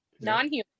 Non-human